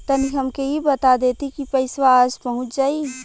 तनि हमके इ बता देती की पइसवा आज पहुँच जाई?